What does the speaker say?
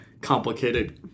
complicated